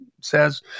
says